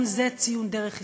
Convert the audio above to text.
גם זה ציון דרך היסטורי.